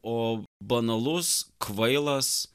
o banalus kvailas